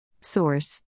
Source